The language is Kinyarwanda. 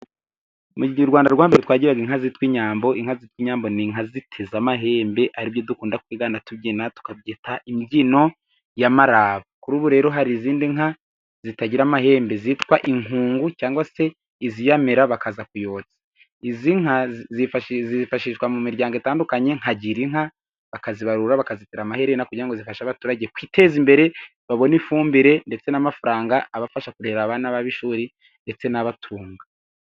Mu gihe u Rwanda rwacu twagiraga inka zitwa inyambo, inka zitwa inyambo ni inka ziteze amahembe ari byo dukunda kwigana tubyina tukabyita imbyino y'amaraba. Kuri ubu rero hari izindi nka zitagira amahembe zitwa inkungu cyangwa se iziyamira bakaza kuyotsa, izi nka zifashishwa mu miryango itandukanye nka girinka bakazibarura bakazitera amaherena, kugira ngo zifashe abaturage kwiteza imbere babona ifumbire ndetse n'amafaranga, abafasha kurihira abana babo ishuri ndetse n'abatunga.